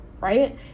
right